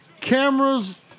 cameras